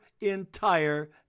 entire